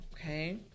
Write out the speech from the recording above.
okay